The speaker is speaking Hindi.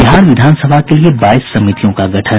बिहार विधानसभा के लिए बाईस समितियों का गठन